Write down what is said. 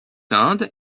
indes